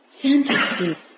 fantasy